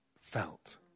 felt